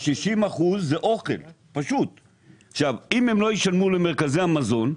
אם הם לא ישלמו למרכזי המזון,